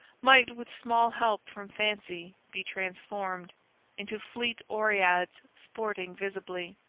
might with small help from fancy, be transformed into fleet oreads sporting visibly.